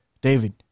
David